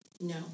No